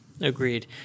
Agreed